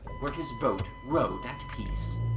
where his boat rode at peace.